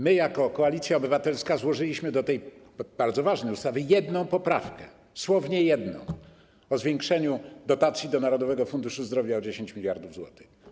My, jako Koalicja Obywatelska, złożyliśmy do tej bardzo ważnej ustawy jedną poprawkę, słownie: jedną, o zwiększeniu dotacji do Narodowego Funduszu Zdrowia o 10 mld zł.